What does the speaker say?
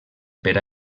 per